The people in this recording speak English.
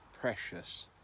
precious